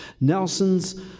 Nelson's